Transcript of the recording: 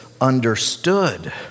understood